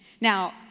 Now